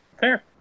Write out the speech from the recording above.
Fair